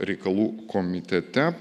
reikalų komitete